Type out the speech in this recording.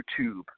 YouTube